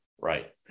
right